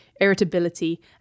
irritability